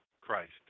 Christ